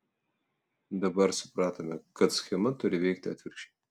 dabar supratome kad schema turi veikti atvirkščiai